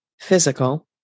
physical